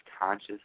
conscious